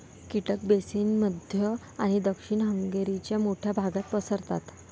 कीटक बेसिन मध्य आणि दक्षिण हंगेरीच्या मोठ्या भागात पसरतात